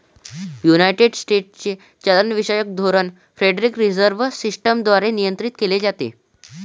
United स्टेट्सचे चलनविषयक धोरण फेडरल रिझर्व्ह सिस्टम द्वारे नियंत्रित केले जाते